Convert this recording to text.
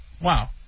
Wow